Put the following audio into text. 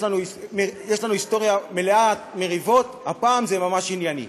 יש לנו היסטוריה מלאה מריבות, הפעם זה ממש ענייני.